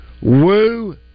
Woo